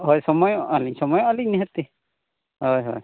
ᱦᱳᱭ ᱥᱚᱢᱚᱭᱚᱜ ᱟᱹᱞᱤᱧ ᱥᱚᱢᱚᱭᱚᱜᱼᱟ ᱞᱤᱧ ᱱᱤᱦᱟᱹᱛᱤ ᱦᱳᱭ ᱦᱳᱭ